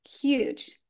huge